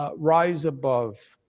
ah rise above.